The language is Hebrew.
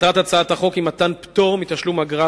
מטרת הצעת החוק היא מתן פטור מתשלום אגרה